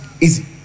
easy